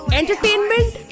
entertainment